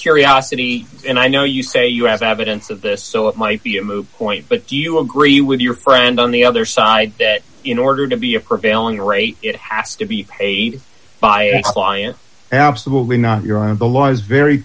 curiosity and i know you say you have evidence of this so it might be a moot point but do you agree with your friend on the other side in order to be a prevailing rate it has to be by its client absolutely not your on the law is very